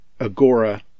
agora